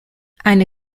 eine